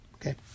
okay